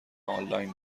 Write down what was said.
آنلاین